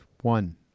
One